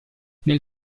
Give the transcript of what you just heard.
nel